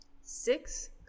six